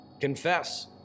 confess